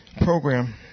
program